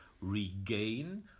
regain